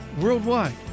worldwide